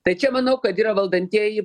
tai čia manau kad yra valdantieji